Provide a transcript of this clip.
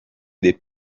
des